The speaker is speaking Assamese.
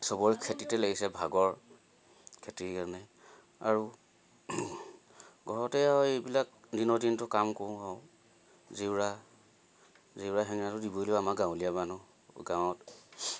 চবৰে খেতিতে লাগিছে ভাগৰ খেতিৰ কাৰণে আৰু ঘৰতে আৰু এইবিলাক দিনৰ দিনটো কাম কৰোঁ আৰু জেওৰা জেওৰা হেঙেৰাটো দিবলৈও আমাৰ গাঁৱলীয়া মানুহ গাঁৱত